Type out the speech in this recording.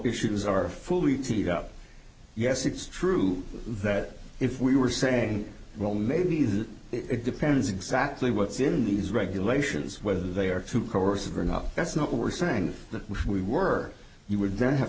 issues are fully teed up yes it's true that if we were saying well maybe that it depends exactly what's in these regulations whether they are two courses or not that's not what we're saying that we were you would then have